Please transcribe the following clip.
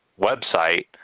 website